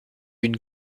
une